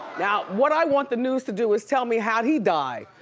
yeah what i want the news to do is tell me how he died.